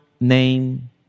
name